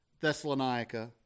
Thessalonica